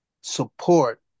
support